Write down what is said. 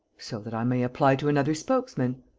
so that i may apply to another spokesman.